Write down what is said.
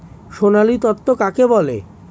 সোনালী তন্তু কাকে বলে?